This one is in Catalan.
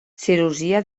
cirurgia